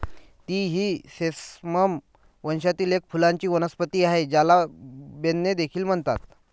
तीळ ही सेसमम वंशातील एक फुलांची वनस्पती आहे, ज्याला बेन्ने देखील म्हणतात